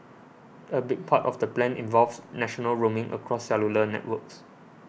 a big part of the plan involves national roaming across cellular networks